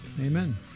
Amen